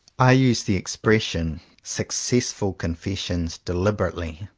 i use the expression successful con fessions deliberately,